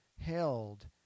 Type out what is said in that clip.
held